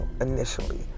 initially